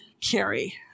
carry